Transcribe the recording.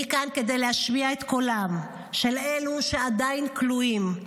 אני כאן כדי להשמיע את קולם של אלה שעדיין כלואים,